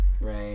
right